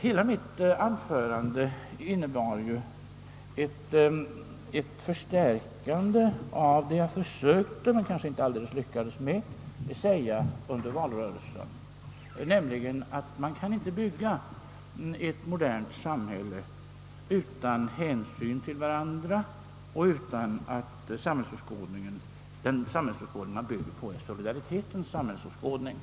Hela mitt anförande gick ut på att förstärka vad jag försökte säga men kanske inte helt lyckades säga under valrörelsen, nämligen att man inte kan bygga ett modernt samhälle utan att ta hänsyn till varandra och utan att man bygger på solidaritetens samhällsåskådning.